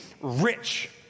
rich